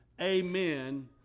Amen